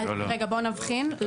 רגע, בוא נבחין.